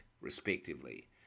respectively